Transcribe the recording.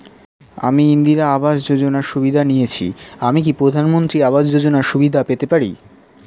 আমি ইন্দিরা আবাস যোজনার সুবিধা নেয়েছি আমি কি প্রধানমন্ত্রী আবাস যোজনা সুবিধা পেতে পারি?